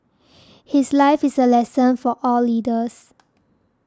his life is a lesson for all leaders